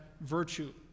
virtue